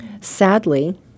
Sadly